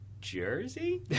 Jersey